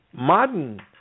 modern